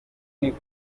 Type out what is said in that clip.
gishya